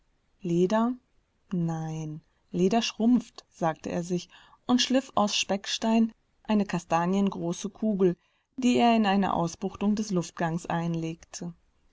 nein leder schrumpft sagte er sich und schliff aus speckstein eine kastaniengroße kugel die er in eine ausbuchtung des luftgangs einlegte